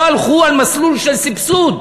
לא הלכו על מסלול של סבסוד?